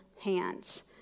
hands